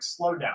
slowdown